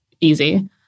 easy